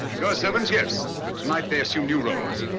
your servants, yes, but tonight they assume new roles.